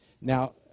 Now